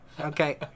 okay